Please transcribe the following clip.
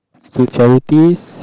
to charities